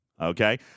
okay